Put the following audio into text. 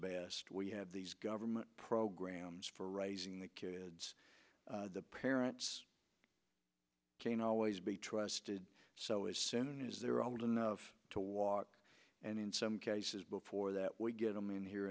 best we had these government programs for raising the kids the parents can always be trusted so as soon as they were old enough to walk and in some cases before that would get them in here